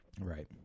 Right